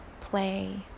play